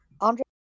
Andre